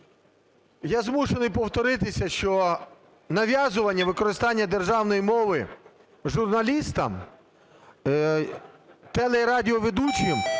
Я змушений повторитися, що нав'язування використання державної мови журналістам, теле- і радіоведучим